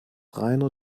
rainer